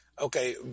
Okay